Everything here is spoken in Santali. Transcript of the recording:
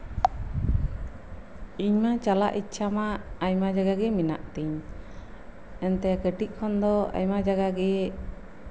ᱤᱧ ᱢᱟ ᱪᱟᱞᱟᱜ ᱤᱪᱪᱷᱟ ᱢᱟ ᱟᱭᱢᱟ ᱡᱟᱭᱜᱟ ᱜᱮ ᱢᱮᱱᱟᱜ ᱛᱤᱧ ᱮᱱᱛᱮᱜ ᱠᱟᱹᱴᱤᱡ ᱠᱷᱚᱱᱜᱮ ᱟᱭᱢᱟ ᱡᱟᱭᱜᱟᱜᱮ